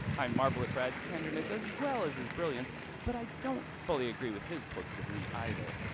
i marveled at brad's tenderness as well as his brilliance but i don't fully agree with his portrait of me either.